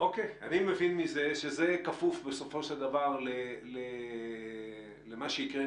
אני מבין מזה שבסופו של דבר זה כפוף למה שיקרה עם